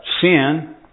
sin